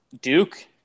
Duke –